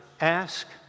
ask